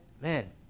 man